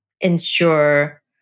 ensure